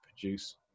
produce